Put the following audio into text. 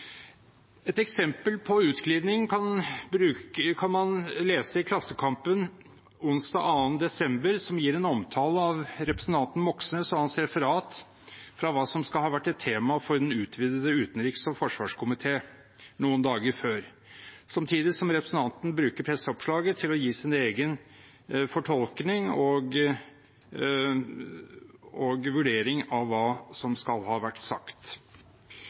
Et eksempel på utglidning kan man lese i Klassekampen onsdag 2. desember, som gir en omtale av representanten Moxnes og hans referat fra hva som skal ha vært et tema for den utvidede utenriks- og forsvarskomité noen dager før, samtidig som representanten bruker presseoppslaget til å gi sin egen fortolkning og vurdering av hva som skal ha vært sagt.